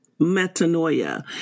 metanoia